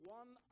one